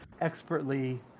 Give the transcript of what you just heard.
expertly